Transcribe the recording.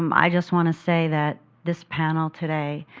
um i just want to say that this panel today